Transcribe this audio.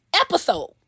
episode